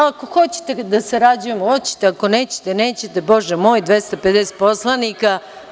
Ako hoćete da sarađujemo hoćete, ako nećete nećete, Bože moj, 250 poslanika…